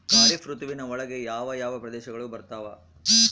ಖಾರೇಫ್ ಋತುವಿನ ಒಳಗೆ ಯಾವ ಯಾವ ಪ್ರದೇಶಗಳು ಬರ್ತಾವ?